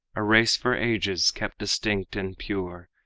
a race for ages kept distinct and pure,